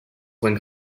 when